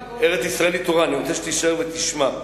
ארץ-ישראל היא תורה, אני רוצה שתישאר ותשמע.